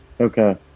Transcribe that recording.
Okay